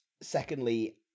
Secondly